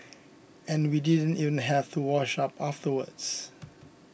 and we didn't even have to wash up afterwards